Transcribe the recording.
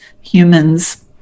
humans